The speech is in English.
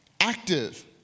active